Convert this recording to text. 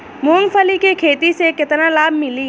मूँगफली के खेती से केतना लाभ मिली?